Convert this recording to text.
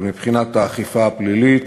אבל מבחינת האכיפה הפלילית,